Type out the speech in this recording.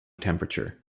temperature